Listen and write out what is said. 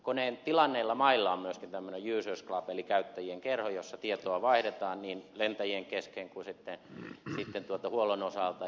koneen tilanneilla mailla on myöskin tämmöinen users club eli käyttäjien kerho jossa tietoja vaihdetaan niin lentäjien kesken kuin huollon osalta